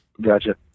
Gotcha